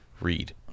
read